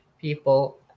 people